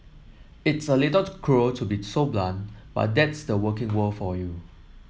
it's a little cruel to be so blunt but that's the working world for you